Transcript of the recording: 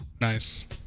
Nice